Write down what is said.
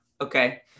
okay